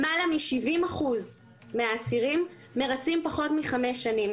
למעלה מ-70% מהאסירים מרצים פחות מחמש שנים.